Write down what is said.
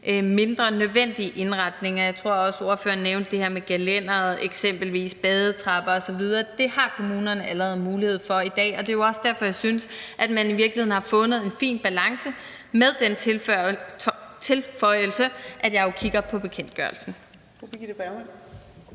mindre, nødvendig indretning, og jeg tror også, ordføreren nævnte det her med gelændere eksempelvis, badetrapper osv. Det har kommunerne allerede mulighed for i dag, og det er jo også derfor, jeg synes, at man i virkeligheden har fundet en fin balance, med den tilføjelse, at jeg jo kigger på bekendtgørelsen.